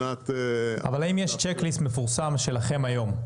האם יש צ'ק ליסט מפורסם שלכם היום,